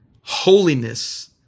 Holiness